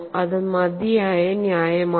അത് മതിയായ ന്യായമാണ്